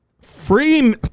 Free